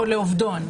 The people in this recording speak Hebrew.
"או לעובדו".